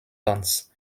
tons